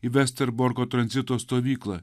į vesterborko tranzito stovyklą